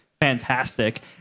fantastic